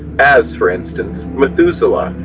as, for instance, methuselah,